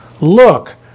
look